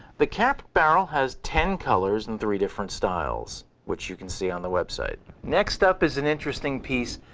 the capped barrel has ten colors and three different styles, which you can see on the website. next up is an interesting piece.